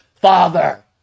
Father